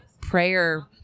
prayer